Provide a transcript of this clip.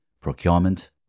procurement